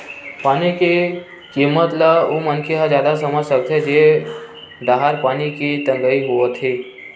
पानी के किम्मत ल ओ मनखे ह जादा समझ सकत हे जेन डाहर पानी के तगई होवथे